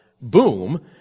boom